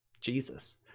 Jesus